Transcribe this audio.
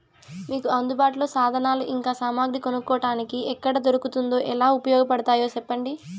మీకు అందుబాటులో సాధనాలు ఇంకా సామగ్రి కొనుక్కోటానికి ఎక్కడ దొరుకుతుందో ఎలా ఉపయోగపడుతాయో సెప్పండి?